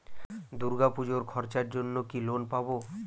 দূর্গাপুজোর খরচার জন্য কি লোন পাব?